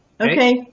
Okay